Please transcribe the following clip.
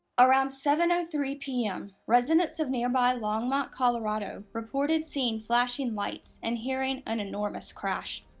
around seven ah three pm, residents of nearby longmont, colorado reported seeing flashing lights and hearing an enormous crash.